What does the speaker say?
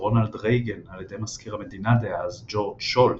רונלד רייגן על ידי מזכיר המדינה דאז ג'ורג' שולץ,